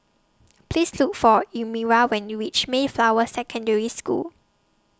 Please Look For Elmyra when YOU REACH Mayflower Secondary School